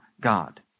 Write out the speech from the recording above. God